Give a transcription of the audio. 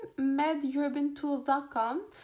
MedUrbanTools.com